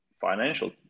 financial